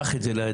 קח את זה לידיים.